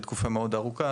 לתקופה מאוד ארוכה,